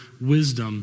wisdom